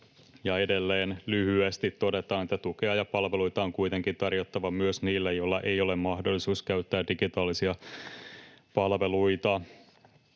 Edelleen lyhyesti todetaan, että tukea ja palveluita on kuitenkin tarjottava myös niille, joilla ei ole mahdollisuus käyttää digitaalisia palveluita.